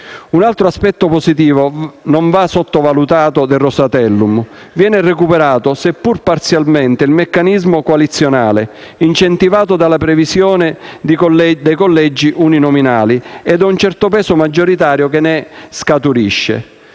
Un altro aspetto positivo del Rosatellum non va sottovalutato: viene recuperato, seppur parzialmente, il meccanismo coalizionale, incentivato dalla previsione di collegi uninominali, con un certo peso maggioritario che ne scaturisce.